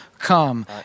Come